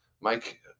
Mike